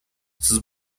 sus